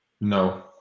No